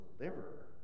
Deliver